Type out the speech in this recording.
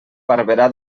barberà